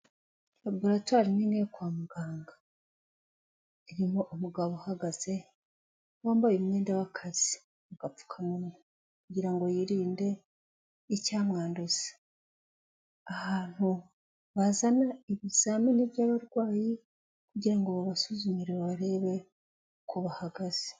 Laboratwari nini yo kwa muganga. Irimo umugabo uhagaze wambaye umwenda w'akazi n'agapfukamuwa kugira ngo yirinde icyamwanduza. Ahantu bazana ibizamini by'abarwayi, kugira ngo babasuzumire barebe uko bahagaze.